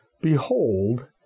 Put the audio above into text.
Behold